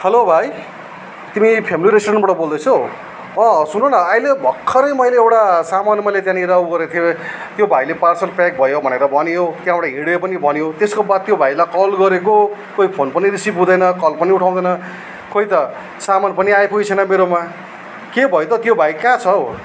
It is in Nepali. हेलो भाइ तिमी फ्यामिली रेस्टुरेन्टबाट बोल्दैछौ अँ सुन न अहिले भर्खरै मैले एउटा सामान मैले त्यहाँनिर उ गरेको थिएँ त्यो भाइले पार्सल प्याक भयो भनेर भन्यो त्यहाँबाट हिँड्यो पनि भन्यो त्यसको बाद त्यो भाइलाई कल गरेको खोई फोन पनि रिसिभ हुँदैन कल पनि उठाउँदैन खोई त सामान पनि आइपुगेको छैन मेरोमा के भयो त त्यो भाई कहाँ छ हौ